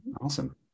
Awesome